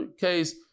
case